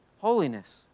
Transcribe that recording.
Holiness